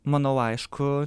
manau aišku